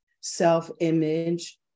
self-image